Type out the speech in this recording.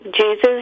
jesus